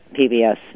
PBS